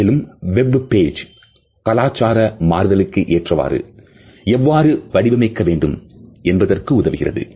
மேலும் web page கலாச்சார மாறுதலுக்கு ஏற்றவாறு எவ்வாறு வடிவமைக்க வேண்டும் என்பதற்கு உதவுகிறது